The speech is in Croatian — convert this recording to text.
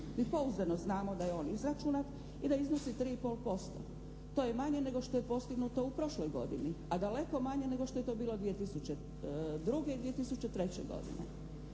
Mi pouzdano znamo da je on izračunat i da iznosi 3,5%. To je manje nego što je postignuto u prošloj godini, a daleko manje nego što je to bilo 2002. i 2003. godine.